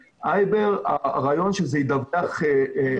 ה-IBER, הרעיון שזה ידווח לאחור.